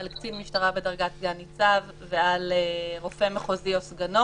על קצין משטרה בדרגת סגן-ניצב ועל רופא מחוזי או סגנו